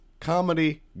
Comedy